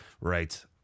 Right